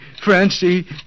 Francie